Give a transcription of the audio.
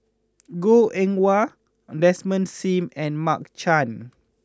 Goh Eng Wah Desmond Sim and Mark Chan